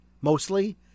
mostly